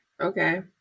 Okay